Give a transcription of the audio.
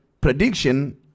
prediction